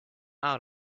out